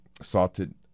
salted